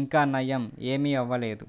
ఇంకా నయ్యం ఏమీ అవ్వలేదు